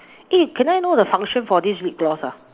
eh can I know the function for this lip gloss ah